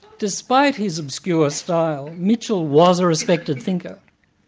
despite his obscure style, mitchell was a resected thinker.